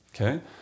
Okay